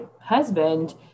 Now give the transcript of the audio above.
husband